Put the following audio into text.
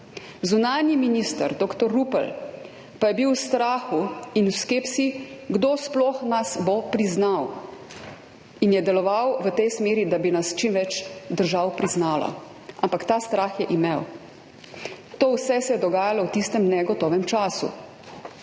Zunanji minister dr. Rupel pa je bil v strahu in v skepsi, kdo sploh nas bo priznal, in je deloval v tej smeri, da bi nas čim več držav priznalo, ampak ta strah je imel. To vse se je dogajalo v tistem negotovem času.